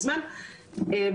הגרף הוא לא דומה,